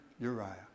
Uriah